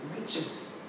riches